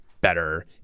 better